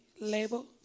label